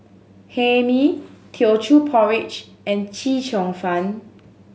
Hae Mee Teochew Porridge and Chee Cheong Fun